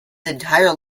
entire